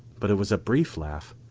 but it was a brief laugh.